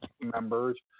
members